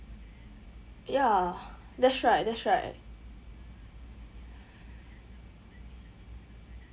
ya that's right that's right